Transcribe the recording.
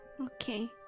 Okay